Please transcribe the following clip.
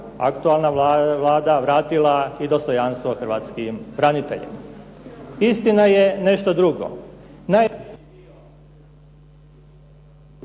aktualna Vlada vratila i dostojanstvo hrvatskim braniteljima. Istina je nešto drugo.